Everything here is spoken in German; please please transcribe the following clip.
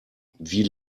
wie